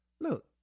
Look